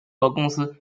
公司